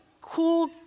cool